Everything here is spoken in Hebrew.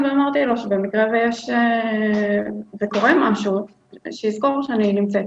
באותו ערב אמרתי לו שבמקרה וקורה משהו שיזכור שאני נמצאת,